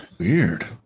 Weird